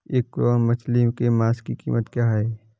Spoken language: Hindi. एक किलोग्राम मछली के मांस की कीमत क्या है?